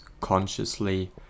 consciously